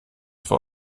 vor